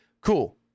Cool